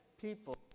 people